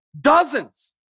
Dozens